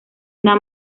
una